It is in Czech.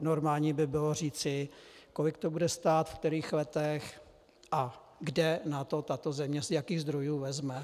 Normální by bylo říci, kolik to bude stát v kterých letech a kde na to tato země, z jakých zdrojů, vezme.